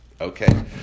okay